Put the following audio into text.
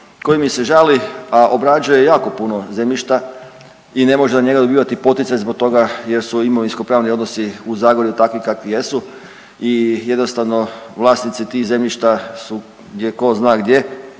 koji mi se žali, a obrađuje jako puno zemljišta i ne može na njega dobivati poticaj zbog toga jer su imovinsko-pravni odnosi u Zagorju takvi kakvi jesu i jednostavno vlasnici tih zemljišta je tko zna gdje.